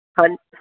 ਹਾਂ